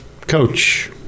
Coach